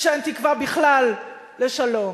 שאין תקווה בכלל לשלום.